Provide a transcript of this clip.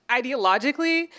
ideologically